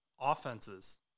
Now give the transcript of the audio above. offenses